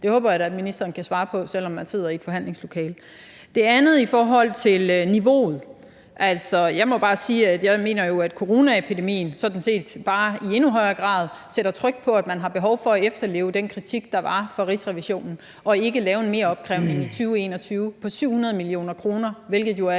Det håber jeg da at ministeren kan svare på, selv om man sidder i et forhandlingslokale. Det andet var i forhold til niveauet. Jeg må bare sige, at jeg mener, at coronaepidemien sådan set bare i endnu højere grad sætter tryk på behovet for at efterleve den kritik, der kom fra Rigsrevisionen, og ikke lave en meropkrævning i 2021 på 700 mio. kr., hvilket jo er